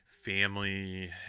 family